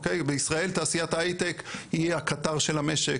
בישראל תעשיית ההיי-טק היא הקטר של המשק,